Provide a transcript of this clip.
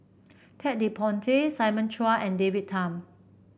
Ted De Ponti Simon Chua and David Tham